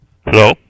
Hello